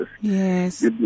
Yes